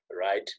right